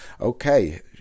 Okay